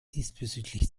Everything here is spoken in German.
diesbezüglich